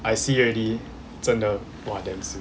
I see already 真的 !wah! damn sui